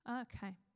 Okay